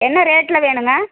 என்ன ரேட்டில் வேணுங்க